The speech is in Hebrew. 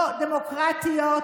לא דמוקרטיות,